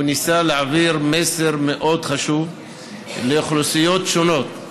הוא ניסה להעביר מסר מאוד חשוב לאוכלוסיות שונות,